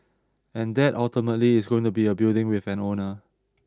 and that ultimately is going to be a building with an owner